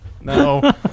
No